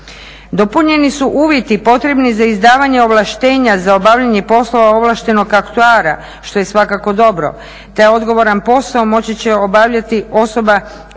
Dopunjeni su uvjeti potrebni za izdavanje ovlaštenja za obavljanje poslova ovlaštenog aktuara što je svakako dobro, taj odgovoran posao moći će obavljati osoba koja